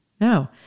no